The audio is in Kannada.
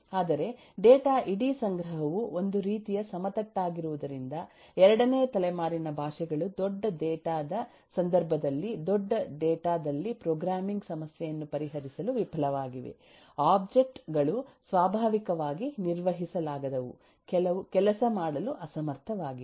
ಆದರೆಡೇಟಾ ಇಡೀ ಸಂಗ್ರಹವು ಒಂದು ರೀತಿಯ ಸಮತಟ್ಟಾಗಿರುವುದರಿಂದ ಎರಡನೇ ತಲೆಮಾರಿನ ಭಾಷೆಗಳು ದೊಡ್ಡಡೇಟಾ ದ ಸಂದರ್ಭದಲ್ಲಿದೊಡ್ಡಡೇಟಾ ದಲ್ಲಿಪ್ರೋಗ್ರಾಮಿಂಗ್ ಸಮಸ್ಯೆಯನ್ನು ಪರಿಹರಿಸಲು ವಿಫಲವಾಗಿವೆ ಒಬ್ಜೆಕ್ಟ್ ಗಳು ಸ್ವಾಭಾವಿಕವಾಗಿ ನಿರ್ವಹಿಸಲಾಗದವು ಕೆಲಸ ಮಾಡಲು ಅಸಮರ್ಥವಾಗಿವೆ